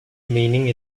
meaning